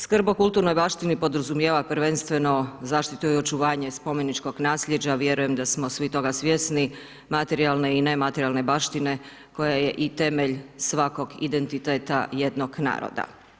Skrb o kulturnoj baštini podrazumijeva prvenstveno zaštitu i očuvanje spomeničkog nasljeđa, vjerujem da smo svi toga svjesni, materijalne i nematerijalne baštine koja je i temelj svakog identiteta jednog naroda.